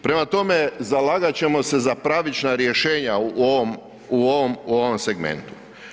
Prema tome, zalagat ćemo se za pravična rješenja u ovom segmentu.